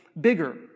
bigger